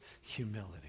humility